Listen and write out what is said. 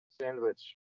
sandwich